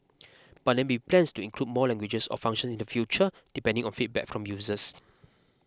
but there may be plans to include more languages or functions in the future depending on feedback from users